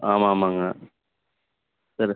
ஆமாம் ஆமாங்க சரி